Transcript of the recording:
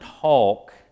talk